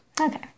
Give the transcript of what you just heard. Okay